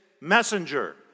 messenger